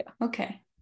Okay